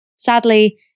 Sadly